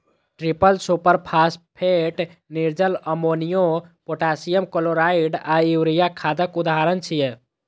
triple superphosphate, निर्जल अमोनियो, potassium chloride आ यूरिया खादक उदाहरण छियै